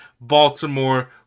Baltimore